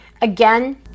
again